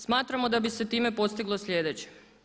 Smatramo da bi se time postiglo sljedeće.